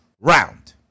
round